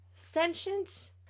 sentient